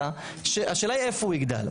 השאלה איפה הוא יגדל.